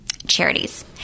Charities